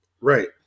Right